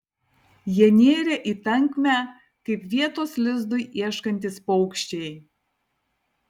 jie nėrė į tankmę kaip vietos lizdui ieškantys paukščiai